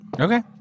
Okay